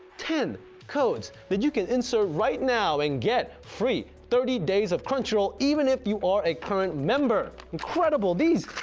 ten codes that you can insert right now and get free thirty days of crunchyroll. even if you are a current member, member, incredible these,